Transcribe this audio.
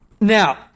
Now